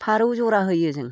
फारौ जरा होयो जों